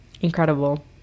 incredible